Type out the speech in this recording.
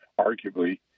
arguably